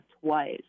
twice